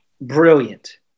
brilliant